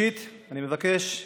ראשית אני מבקש לברך,